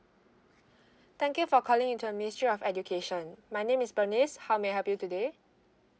thank you for calling into the ministry of education my name is bernice how may I help you today